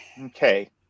okay